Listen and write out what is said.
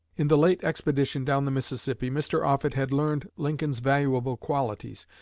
in the late expedition down the mississippi mr. offutt had learned lincoln's valuable qualities,